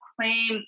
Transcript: claim